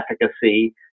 efficacy